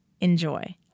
Enjoy